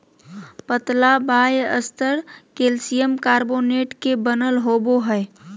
पतला बाह्यस्तर calcium carbonate के बनल होबो हइ